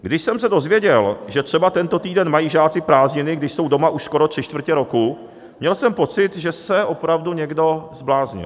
Když jsem se dozvěděl, že třeba tento týden mají žáci prázdniny, když jsou doma už skoro tři čtvrtě roku, měl jsem pocit, že se opravdu někdo zbláznil.